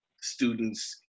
students